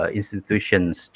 institutions